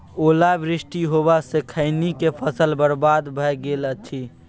ओला वृष्टी होबा स खैनी के फसल बर्बाद भ गेल अछि?